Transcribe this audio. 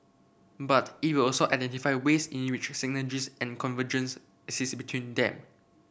but it will also identify ways in which synergies and convergence exist between them